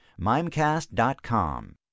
Mimecast.com